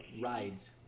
rides